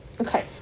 Okay